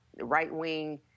right-wing